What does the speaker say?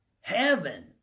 heaven